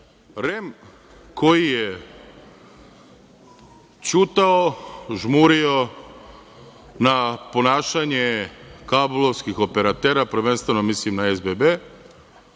koji je ćutao, žmurio na ponašanje kablovskih operatera, prvenstveno mislim na SBB,